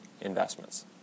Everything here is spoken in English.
investments